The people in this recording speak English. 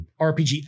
RPG